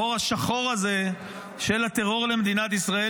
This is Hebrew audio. החור השחור הזה של הטרור למדינת ישראל,